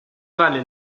vale